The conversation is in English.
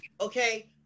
Okay